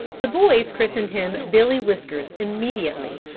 the boys christened him billy whiskers immediately,